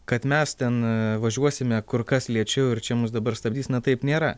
kad mes ten važiuosime kur kas lėčiau ir čia mus dabar stabdys na taip nėra